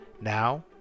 Now